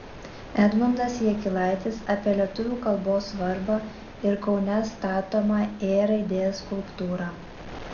edmundas jakilaitis apie lietuvių kalbos svarbą ir kaune statomą ė raidės skulptūrą